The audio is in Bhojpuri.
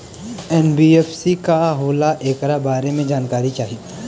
एन.बी.एफ.सी का होला ऐकरा बारे मे जानकारी चाही?